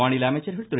மாநில அமைச்சர்கள் திரு